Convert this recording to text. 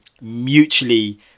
mutually